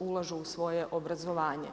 ulažu u svoje obrazovanje.